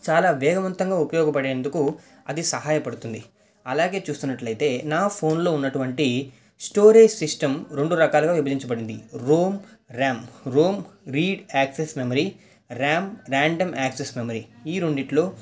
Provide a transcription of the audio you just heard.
చాలా వేగవంతంగా ఉపయోగపడేందుకు అది సహాయపడుతుంది అలాగే చూస్తున్నట్లయితే నా ఫోన్లో ఉన్నటువంటి స్టోరేజ్ సిస్టమ్ రెండు రకాలుగా విభజించబడింది ROM RAM ROM read access memory RAM random access memory ఈ రెండిటిలో